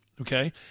okay